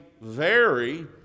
vary